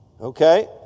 Okay